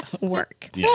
work